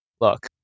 look